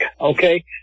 Okay